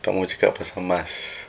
tak mahu cakap pasal mask